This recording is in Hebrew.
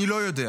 אני לא יודע.